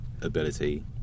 ability